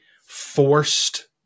forced